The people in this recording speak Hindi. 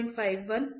ग्रेविटी बल